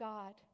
God